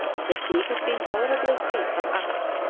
the sea has been tolerably free from ice.